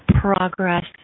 progress